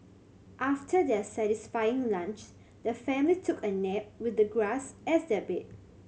after their satisfying lunch the family took a nap with the grass as their bed